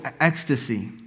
ecstasy